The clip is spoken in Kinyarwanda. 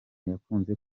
yakunze